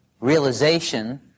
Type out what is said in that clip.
realization